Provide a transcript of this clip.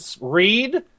read